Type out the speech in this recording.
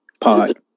pod